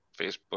Facebook